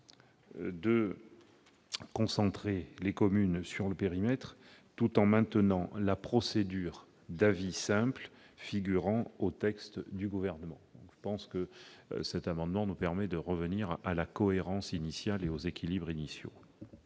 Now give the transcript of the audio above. de concentrer les communes sur le périmètre, tout en maintenant la procédure d'avis simple figurant au texte du Gouvernement. L'adoption de cet amendement nous permettrait donc de revenir à la cohérence et aux équilibres initiaux.